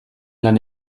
lan